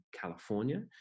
California